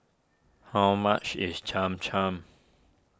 how much is Cham Cham